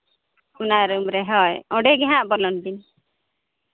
ᱚᱱᱟ ᱨᱩᱢ ᱨᱮ ᱦᱳᱭ ᱚᱸᱰᱮᱜᱮ ᱦᱟᱸᱜ ᱵᱚᱞᱚᱱ ᱵᱤᱱ